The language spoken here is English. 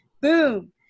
boom